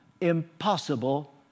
impossible